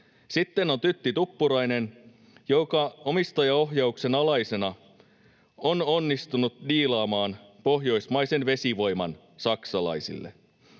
Sitten on Tytti Tuppurainen, joka omistajaohjauksen alaisena on onnistunut diilaamaan pohjoismaisen vesivoiman saksalaisille.